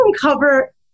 cover